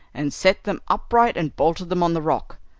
and set them upright and bolted them on the rock.